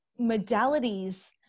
modalities